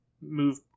move